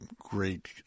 great